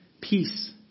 peace